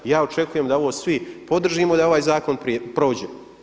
I ja očekujem da ovo svi podržimo i da ovaj zakon prođe.